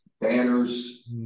banners